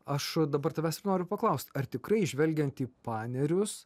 aš dabar tavęs noriu paklausti ar tikrai žvelgiant į panerius